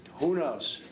who knows?